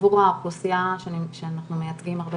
עבור האוכלוסייה שאנחנו מייצגים הרבה